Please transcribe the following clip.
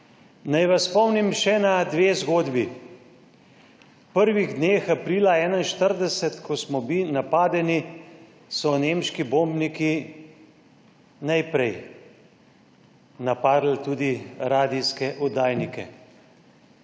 Naj vas spomnim še na dve zgodbi. V prvih dneh aprila 1941, ko smo bili napadeni, so nemški bombniki najprej napadli tudi radijske oddajnike.